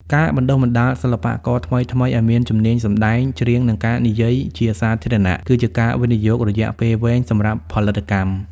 ការបណ្តុះបណ្តាលសិល្បករថ្មីៗឱ្យមានជំនាញសម្ដែង ច្រៀង និងការនិយាយជាសាធារណៈ គឺជាការវិនិយោគរយៈពេលវែងសម្រាប់ផលិតកម្ម។